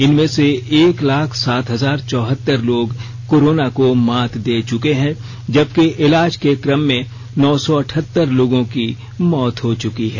इनमें से एक लाख सात हजार चौहतर लोग कोरोना को मात दे चुके हैं जबकि इलाज के क्रम में नौ सौ अठहतर लोगों की मौत हो चुकी है